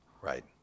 Right